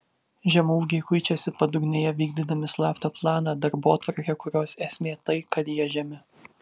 žemaūgiai kuičiasi padugnėje vykdydami slaptą planą darbotvarkę kurios esmė tai kad jie žemi